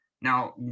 Now